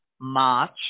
March